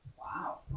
Wow